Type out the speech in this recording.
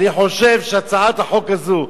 אני חושב שהצעת החוק הזו,